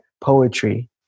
poetry